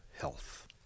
health